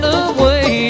away